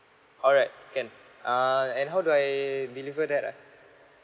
all right can uh and how do I deliver that ah